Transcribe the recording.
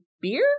beer